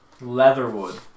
Leatherwood